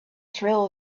trail